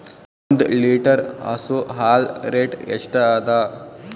ಒಂದ್ ಲೀಟರ್ ಹಸು ಹಾಲ್ ರೇಟ್ ಎಷ್ಟ ಅದ?